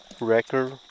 record